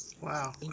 Wow